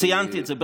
ציינתי את זה,